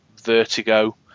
Vertigo